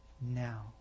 now